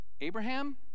Abraham